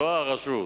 לא הרשות,